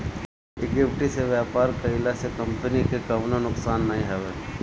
equity से व्यापार कईला से कंपनी के कवनो नुकसान नाइ हवे